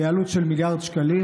בעלות של מיליארד שקלים,